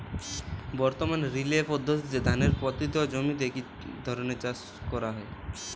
বর্তমানে রিলে পদ্ধতিতে ধানের পতিত জমিতে কী ধরনের চাষ করা হয়?